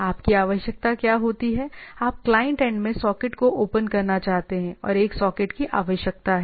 आप की आवश्यकता क्या होती है आप क्लाइंट एंड में सॉकेट को ओपन करना चाहते हैं एक सॉकेट की आवश्यकता है